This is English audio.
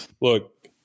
Look